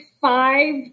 five